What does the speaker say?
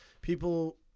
people